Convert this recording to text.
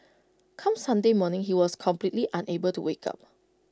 come Sunday morning he was completely unable to wake up